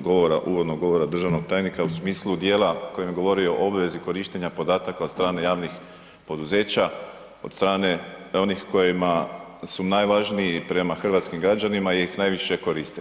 govora, uvodnog govora državnog tajnika u smislu dijela u kojem je govorio o obvezi korištenja podataka od strane javnih poduzeća, od strane onih kojima su najvažniji prema hrvatskim građanima jer ih najviše koriste.